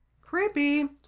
Creepy